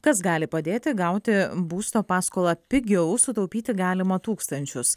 kas gali padėti gauti būsto paskolą pigiau sutaupyti galima tūkstančius